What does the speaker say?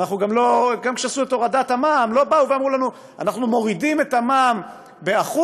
גם כשעשו את הורדת המע"מ לא אמרו לנו: אנחנו מורידים את המע"מ ב-1%,